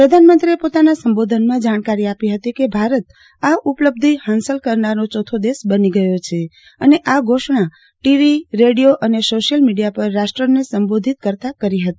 પ્રધાનમંત્રીએ પોતાના સંબોંધનમાં જાણકારી આપી હતી કે ભારત આ ઉપલબંધી હાંસલ કરનારો ચોથો દેશ બની ગયો છે અને આ ઘોષણા ટીવી રેડિયો અને સોશ્યિલ મિડીયા પર રાષ્ટ્રને સંબોધીત કરતા કરી હતી